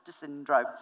syndrome